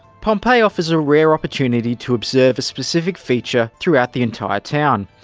pompeii offers a rare opportunity to observe a specific feature throughout the entire town,